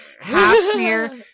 half-sneer